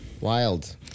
Wild